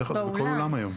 באולם.